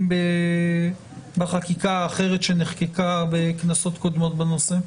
בחקיקה האחרת שנחקקה בכנסות קודמות בנושא?